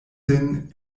sin